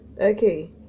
Okay